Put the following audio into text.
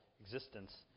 existence